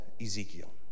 Ezekiel